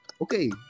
Okay